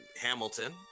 Hamilton